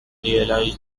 realize